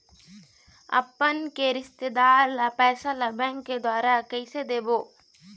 अपन के रिश्तेदार ला पैसा ला बैंक के द्वारा कैसे देबो?